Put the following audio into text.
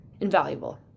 invaluable